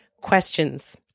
questions